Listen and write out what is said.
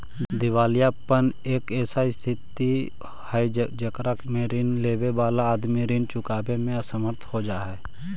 दिवालियापन एक ऐसा स्थित हई जेकरा में ऋण लेवे वाला आदमी ऋण चुकावे में असमर्थ हो जा हई